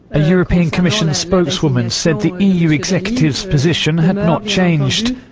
a european commission's spokeswoman said the eu executive's position had not changed.